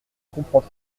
comprends